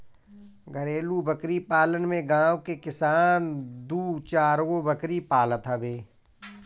घरेलु बकरी पालन में गांव के किसान दू चारगो बकरी पालत हवे